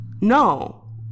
No